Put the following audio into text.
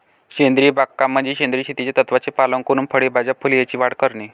सेंद्रिय बागकाम म्हणजे सेंद्रिय शेतीच्या तत्त्वांचे पालन करून फळे, भाज्या, फुले यांची वाढ करणे